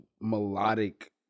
melodic